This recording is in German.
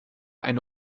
eine